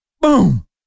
boom